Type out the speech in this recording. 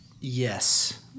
Yes